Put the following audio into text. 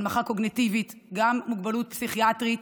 הנמכה קוגניטיבית, גם מוגבלות פסיכיאטרית,